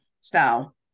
style